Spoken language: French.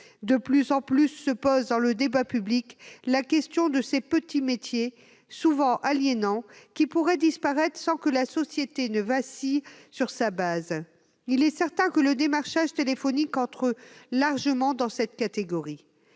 De plus en plus se pose, dans le débat public, la question de ces « petits métiers », souvent aliénants, qui pourraient disparaître sans que la société ne vacille sur sa base. Il est certain que le démarchage téléphonique entre largement dans cette catégorie.